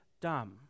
dumb